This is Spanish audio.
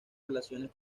relaciones